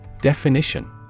Definition